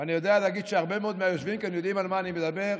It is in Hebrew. ואני יודע להגיד שהרבה מאוד מהיושבים כאן יודעים על מה אני מדבר,